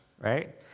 right